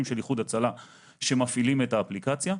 של איחוד הצלה שמפעילים את האפליקציה.